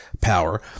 power